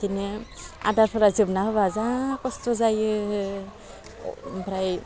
बिदिनो आदारफ्रा जोबना होबा जा खस्थ' जायो ओमफ्राय